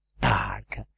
dark